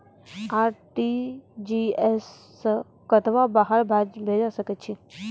RTGS सअ कतबा पाय बाहर भेज सकैत छी?